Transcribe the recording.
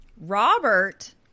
Robert